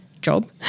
job